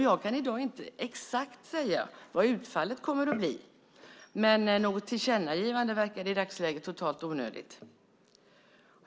Jag kan i dag inte exakt säga vilket utfallet kommer att bli, men något tillkännagivande verkar i dagsläget totalt onödigt.